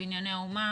בנייני האומה